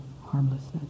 harmlessness